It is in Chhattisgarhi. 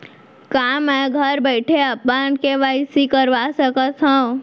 का मैं घर बइठे अपन के.वाई.सी करवा सकत हव?